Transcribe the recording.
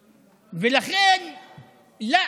לא,